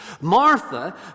Martha